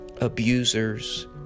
abusers